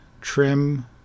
trim